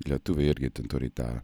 lietuviai irgi turi tą